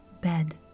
bed